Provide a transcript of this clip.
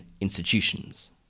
institutions